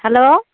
hello